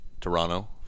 Toronto